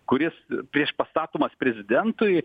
kuris prieš pastatomas prezidentui